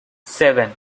seven